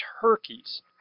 turkeys